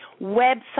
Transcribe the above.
website